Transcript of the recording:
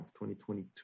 2022